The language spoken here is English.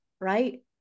Right